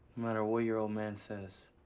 matter what your old man says.